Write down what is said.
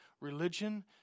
religion